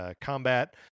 combat